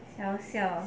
笑笑